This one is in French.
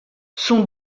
son